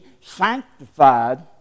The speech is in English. sanctified